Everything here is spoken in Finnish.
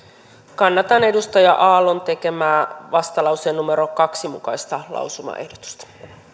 kannatan edustaja aallon tekemää vastalauseen numero kaksi mukaista lausumaehdotusta